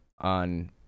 on